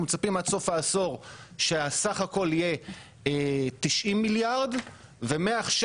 אנחנו מצפים שעד סוף העשור שסך הכל יהיה 90 מיליארד ומעכשיו